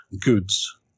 goods